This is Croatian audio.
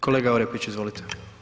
Kolega Orepić izvolite.